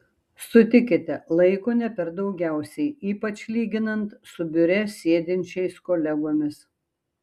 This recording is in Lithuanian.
sutikite laiko ne per daugiausiai ypač lyginant su biure sėdinčiais kolegomis